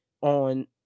on